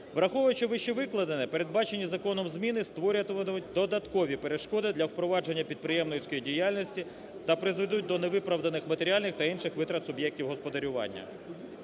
Враховуючи вище викладене, передбачені законом зміни створюватимуть додаткові перешкоди для впровадження підприємницької діяльності та призведуть до невиправданих матеріальних та інших витрат суб'єктів господарювання.